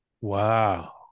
Wow